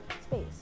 space